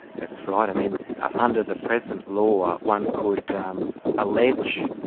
that's right. i mean under the present law one could um allege,